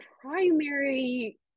primary